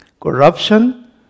corruption